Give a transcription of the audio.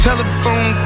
Telephone